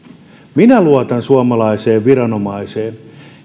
minä luotan suomalaiseen viranomaiseen